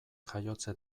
jaiotze